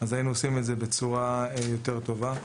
אז היינו עושים את זה בצורה יותר טובה.